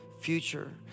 future